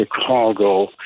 Chicago